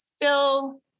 fill